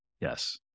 Yes